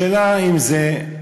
השאלה אם זה,